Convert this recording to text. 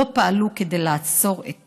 לא פעלו כדי לעצור את